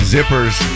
Zippers